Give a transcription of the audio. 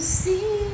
see